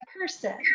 person